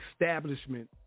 establishment